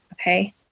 okay